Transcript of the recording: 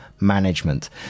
management